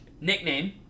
Nickname